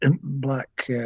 black